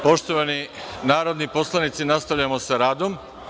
Poštovani narodni poslanici nastavljamo sa radom.